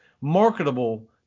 marketable